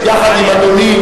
יחד עם אדוני,